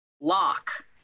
lock